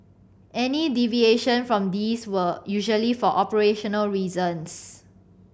any deviation from these were usually for operational reasons